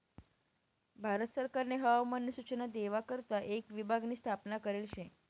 भारत सरकारनी हवामान नी सूचना देवा करता एक विभाग नी स्थापना करेल शे